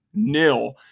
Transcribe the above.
Nil